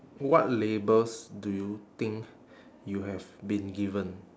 what labels do you think you have been given